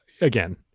again